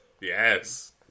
yes